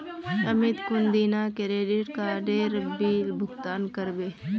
अमित कुंदिना क्रेडिट काडेर बिल भुगतान करबे